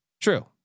True